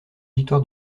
victoire